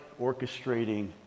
orchestrating